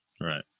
Right